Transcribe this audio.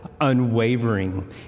Unwavering